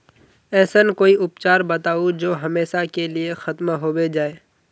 ऐसन कोई उपचार बताऊं जो हमेशा के लिए खत्म होबे जाए?